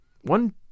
One